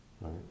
right